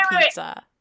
pizza